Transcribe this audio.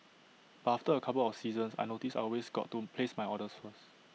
but after A couple of seasons I noticed I always got to place my orders first